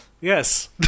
Yes